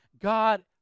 God